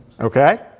Okay